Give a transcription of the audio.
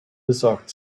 besorgt